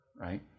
right